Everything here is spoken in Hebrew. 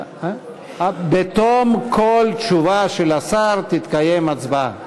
ואז מתי, בתום כל תשובה של השר תתקיים הצבעה.